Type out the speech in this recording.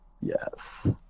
Yes